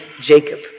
Jacob